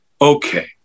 okay